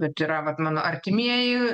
bet yra vat mano artimieji